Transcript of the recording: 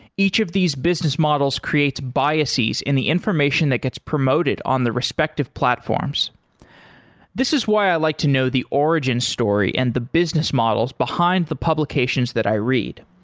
each of these business models create biases in the information that gets promoted on the respective platforms this is why i like to know the origin story and the business models behind the publications that i read.